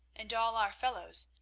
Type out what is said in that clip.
and all our fellows,